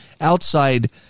outside